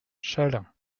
chaleins